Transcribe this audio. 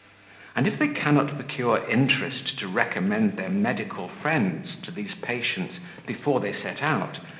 and if they cannot procure interest to recommend their medical friends to these patients before they set out,